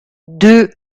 deux